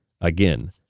Again